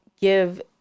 give